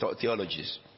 theologies